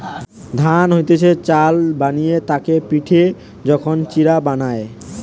ধান হইতে চাল বানিয়ে তাকে পিটে যখন চিড়া বানায়